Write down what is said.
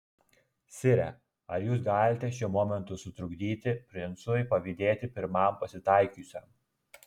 sire ar jūs galite šiuo momentu sutrukdyti princui pavydėti pirmam pasitaikiusiam